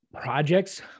projects